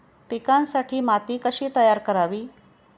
पिकांसाठी माती कशी तयार करावी?